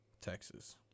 Texas